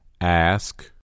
Ask